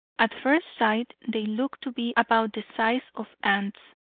at first sight they looked to be about the size of ants,